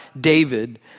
David